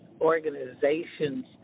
organizations